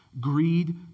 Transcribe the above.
greed